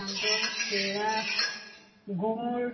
সান্দহ চিৰা গুড়